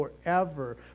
forever